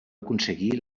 aconseguir